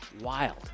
Wild